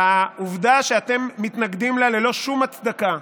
העובדה שאתם מתנגדים לה ללא שום הצדקה,